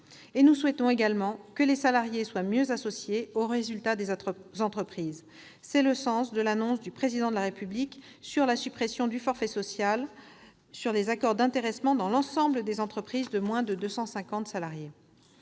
Nous souhaitons également que les salariés soient mieux associés aux résultats des entreprises : c'est le sens de l'annonce par le Président de la République de la suppression du forfait social sur les accords d'intéressement dans l'ensemble des entreprises de moins de 250 salariés.